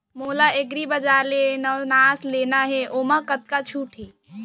मोला एग्रीबजार ले नवनास लेना हे ओमा कतका छूट हे?